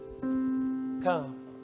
come